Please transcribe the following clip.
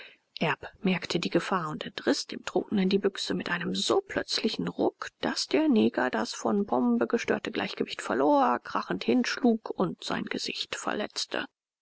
merkte die gefahr und entriß dem trunkenen die büchse mit einem so plötzlichen ruck daß der neger das von pombe gestörte gleichgewicht verlor krachend hinschlug und sein gesicht verletzte